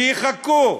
שיחכו.